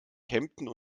kempten